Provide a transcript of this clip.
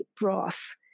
broth